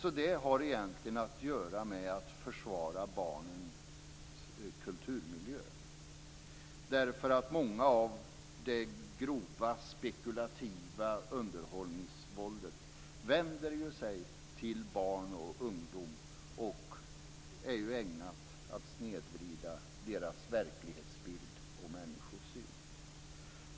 Även det har egentligen att göra med att försvara barnens kulturmiljö. Mycket av det grova spekulativa underhållningsvåldet vänder sig till barn och ungdom och är ägnat att snedvrida deras verklighetsbild och människosyn.